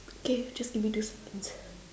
K just give me two seconds